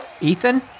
Ethan